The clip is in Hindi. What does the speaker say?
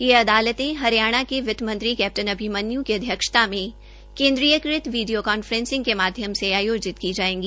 ये अदालते हरियाणा के वित्त्मंत्री कैप्टन अभिमन्यू की अध्यक्षता में केन्द्रीयकृत वीडियो कांफ्रेसिंग के माध्यम से आयोजित की जायेगी